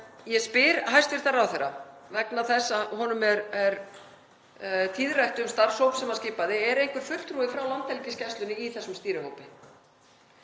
Ég spyr hæstv. ráðherra vegna þess að honum er tíðrætt um starfshóp sem hann skipaði: Er einhver fulltrúi frá Landhelgisgæslunni í þessum stýrihópi?